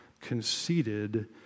conceited